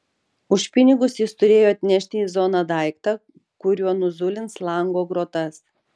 už pinigus jis turėjo atnešti į zoną daiktą kuriuo nuzulins lango grotas